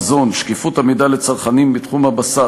(מזון) (שקיפות המידע לצרכנים בתחום הבשר),